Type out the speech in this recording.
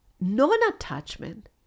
non-attachment